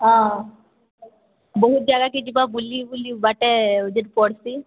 ହଁ ବହୁତ ଜାଗାକେ ଯିବା ବୁଲିବୁଲି ବାଟେ ଯେତେ ପଡ଼ସି